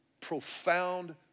profound